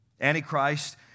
Antichrist